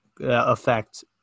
affect